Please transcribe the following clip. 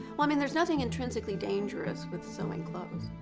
well, i mean there's nothing intrinsically dangerous with sewing clothes.